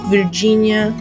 Virginia